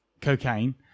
cocaine